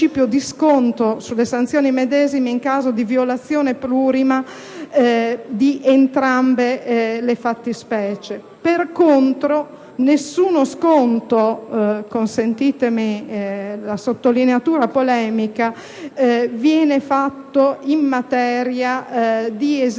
Per contro, nessuno sconto - consentitemi la sottolineatura polemica - viene fatto in materia di esercizio